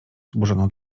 zburzono